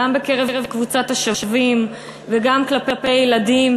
גם בקרב קבוצת השווים וגם כלפי ילדים,